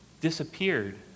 disappeared